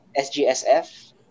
SGSF